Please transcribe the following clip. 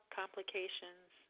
complications